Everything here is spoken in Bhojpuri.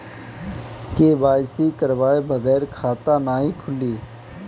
के.वाइ.सी करवाये बगैर खाता नाही खुली?